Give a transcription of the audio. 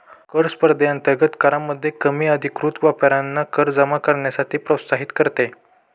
कर स्पर्धेअंतर्गत करामध्ये कमी अधिकृत व्यापाऱ्यांना कर जमा करण्यासाठी प्रोत्साहित करते